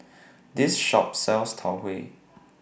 This Shop sells Tau Huay